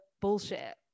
bullshit